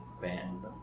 band